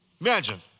Imagine